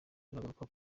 turagaruka